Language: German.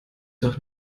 doch